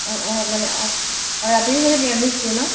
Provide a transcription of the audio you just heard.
অঁ অঁ মানে ৰাতি চাগে নিৰামিষ দিয়ে ন